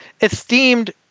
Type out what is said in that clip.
esteemed